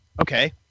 Okay